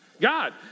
God